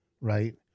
right